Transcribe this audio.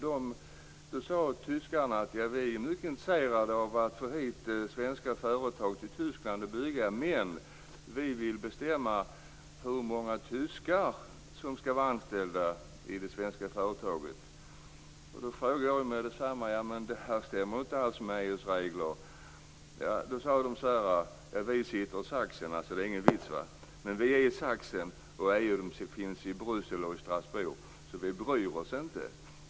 Då sade tyskarna att de var mycket intresserade av att få svenska företag till Tyskland för att bygga men att de ville bestämma hur många tyskar som skulle vara anställda i de svenska företagen. Då påpekade jag: Men det stämmer inte alls med EU:s regler. Då sade de: Vi sitter i Sachsen, och EU finns i Bryssel och Strasbourg, så vi bryr oss inte.